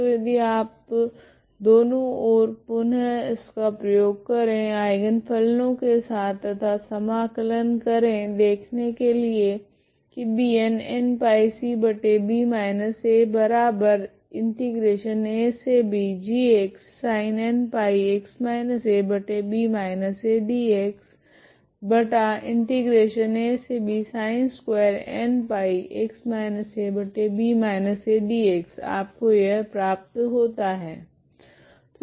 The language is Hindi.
तो यदि आप दोनों ओर पुनः इसका प्रयोग करे आइगन फलनों के साथ तथा समाकलन करे देखने के लिए की आपको यह प्राप्त होता है